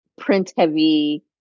print-heavy